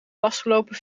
vastgelopen